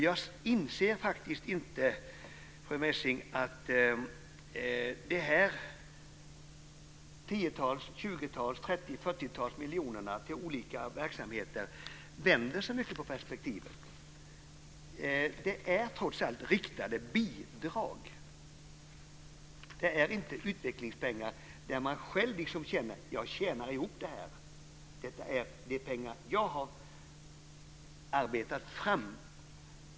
Jag inser faktiskt inte, fru Messing, att de tiotals och upp till fyrtiotalet miljonerna till olika verksamheter vänder så mycket på perspektivet. Det är trots allt fråga om riktade bidrag, inte om utvecklingspengar som man känner att man själv tjänar och har arbetat in.